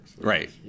Right